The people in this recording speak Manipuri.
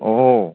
ꯑꯣ ꯍꯣ